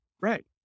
Right